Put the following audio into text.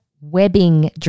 webbing